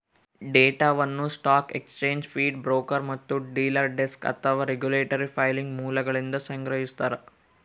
ಡೇಟಾವನ್ನು stock exchange feed broker ಮತ್ತು dealer desk ಅಥವಾ ರೆಗ್ಯುಲೇಟರಿ ಫೈಲಿಂಗ್ ಮೂಲಗಳಿಂದ ಸಂಗ್ರಹಿಸ್ತಾರ